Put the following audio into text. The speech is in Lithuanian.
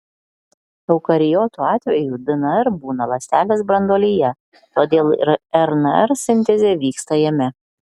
eukariotų atveju dnr būna ląstelės branduolyje todėl ir rnr sintezė vyksta jame